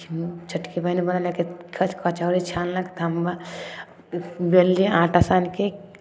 छ छोटकी बहीन बनेलकै क् कचौड़ी छानलक तऽ हमे बेलली आँटा सानि कऽ